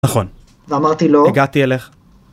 נכון. ואמרתי לו... הגעתי אליך